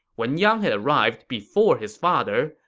wen yang had arrived before his father,